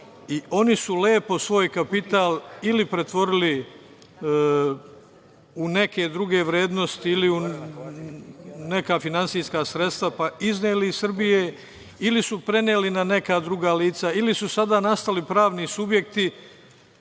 oni su lepo svoj kapital ili pretvorili u neke druge vrednosti ili u neka finansijska sredstva, pa izneli iz Srbije, ili su preneli na neka druga lica, ili su sada nastali pravni subjekti.